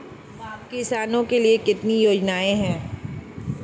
किसानों के लिए कितनी योजनाएं हैं?